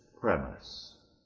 premise